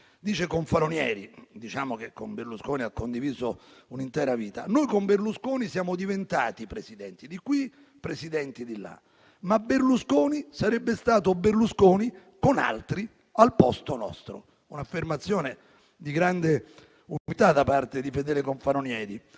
Dice Confalonieri, che con Berlusconi ha condiviso un'intera vita: noi, con Berlusconi, siamo diventati Presidenti di qui e Presidenti di là. Ma Berlusconi sarebbe stato Berlusconi con altri al posto nostro. Un'affermazione di grande umiltà da parte di Fedele Confalonieri